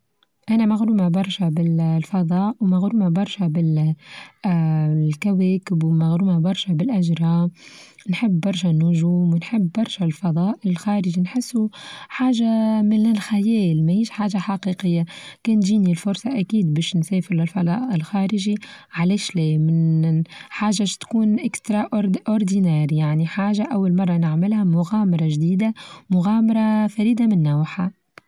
أنا مغرومة برشا بالفضاء ومغرومة برشا بال-الكواكب ومغرومة برشا بالأجرة، نحب برشا النچوم ونحب برشا الفضاء الخارچ نحسو حاچة من الخيال ماهيش حاچة حقيقية، كان تچيني الفرصة أكيد باش نسافر للفضاء الخارچى علاشلى بنحاچة ايش تكون إكسترا أوردينار يعنى حاچة أول مرة نعملها مغامرة چديدة مغامرة فريدة من نوعها.